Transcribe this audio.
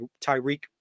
Tyreek